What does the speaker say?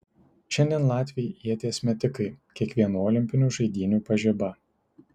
šiandien latviai ieties metikai kiekvienų olimpinių žaidynių pažiba